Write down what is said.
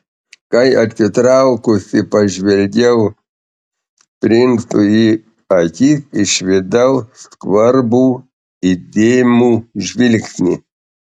kai atsitraukusi pažvelgiau princui į akis išvydau skvarbų įdėmų žvilgsnį